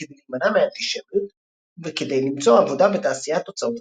כדי להימנע מאנטישמיות וכדי למצוא עבודה בתעשיית הוצאות הספרים.